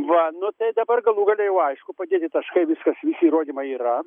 va nu tai dabar galų gale jau aišku padėti taškai viskas visi įrodymai yra